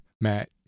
Matt